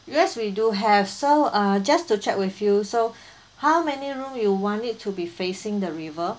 yes we do have so uh just to check with you so how many room you want it to be facing the river